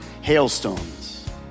hailstones